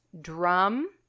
drum